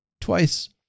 twice